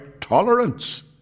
tolerance